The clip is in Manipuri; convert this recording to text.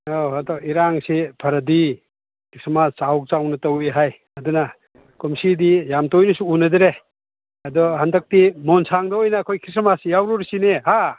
ꯑꯧ ꯑꯗꯣ ꯏꯔꯥꯡꯁꯦ ꯐꯔꯗꯤ ꯈ꯭ꯔꯤꯁꯃꯥꯁ ꯆꯥꯎ ꯆꯥꯎꯅ ꯇꯧꯋꯦ ꯍꯥꯏ ꯑꯗꯨꯅ ꯀꯨꯝꯁꯤꯗꯤ ꯌꯥꯝ ꯇꯣꯏꯅꯁꯨ ꯎꯟꯅꯗ꯭ꯔꯦ ꯑꯗꯣ ꯍꯟꯗꯛꯇꯤ ꯃꯣꯟꯁꯥꯡꯗ ꯑꯣꯏꯅ ꯑꯩꯈꯣꯏ ꯈ꯭ꯔꯤꯁꯃꯥꯁ ꯌꯥꯎꯔꯨꯔꯁꯤꯅꯦ ꯍꯥ